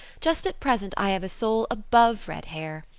just at present i have a soul above red hair.